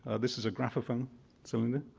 this is a graphophone cylinder.